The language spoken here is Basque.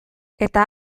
eta